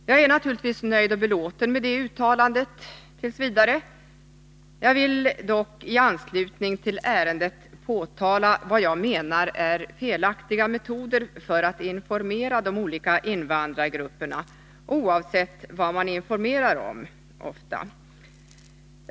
Jag är naturligtvis nöjd och belåten med det uttalandet t. v. Jag vill dock i anslutning till ärendet påtala vad jag menar är felaktiga metoder för att informera de olika invandrargrupperna, ofta oavsett vad man informerar om.